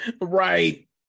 Right